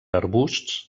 arbusts